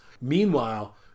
Meanwhile